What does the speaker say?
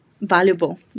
valuable